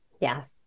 Yes